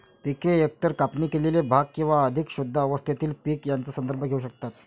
पिके एकतर कापणी केलेले भाग किंवा अधिक शुद्ध अवस्थेतील पीक यांचा संदर्भ घेऊ शकतात